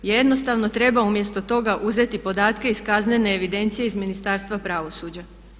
Jednostavno treba umjesto toga uzeti podatke iz kaznene evidencije iz Ministarstva pravosuđa.